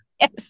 Yes